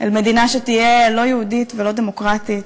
אל מדינה שתהיה לא יהודית ולא דמוקרטית,